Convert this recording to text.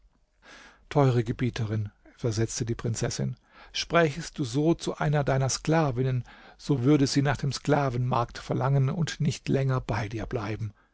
teure gebieterin versetzte die prinzessin sprächest du so zu einer deiner sklavinnen so würde sie nach dem sklavenmarkt verlangen und nicht länger bei dir bleiben